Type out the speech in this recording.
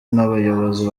n’abayobozi